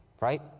right